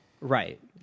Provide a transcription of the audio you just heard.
Right